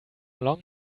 long